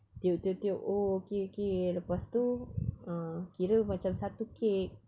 tiup tiup tiup oh okay okay lepas tu ah kira macam satu cake